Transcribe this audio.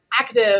active